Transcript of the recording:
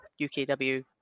UKW